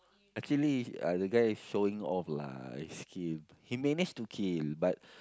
actually uh the guy showing off lah his skill he manage to kill but